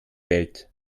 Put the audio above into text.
welt